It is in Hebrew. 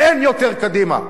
אין יותר קדימה.